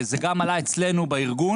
זה גם עלה אצלנו בארגון,